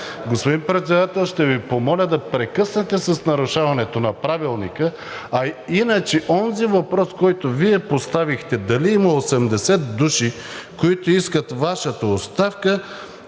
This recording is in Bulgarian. Господин Председател, ще Ви помоля да прекъснете с нарушаването на Правилника. А иначе онзи въпрос, който Вие поставихте – дали има 80 души, които искат Вашата оставка,